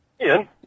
Ian